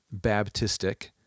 Baptistic